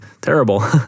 terrible